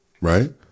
right